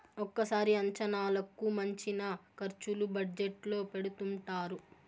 ఒక్కోసారి అంచనాలకు మించిన ఖర్చులు బడ్జెట్ లో పెడుతుంటారు